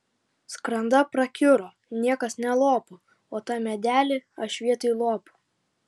skranda prakiuro niekas nelopo o tą medalį aš vietoj lopo